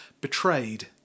betrayed